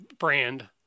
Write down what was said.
Brand